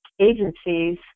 agencies